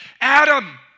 Adam